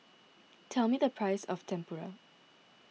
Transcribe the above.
tell me the price of Tempura